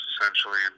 essentially